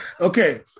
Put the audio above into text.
Okay